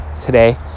today